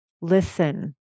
listen